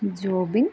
Joby